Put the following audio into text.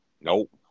Nope